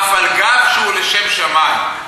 אף על גב שהוא לשם שמים,